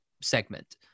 segment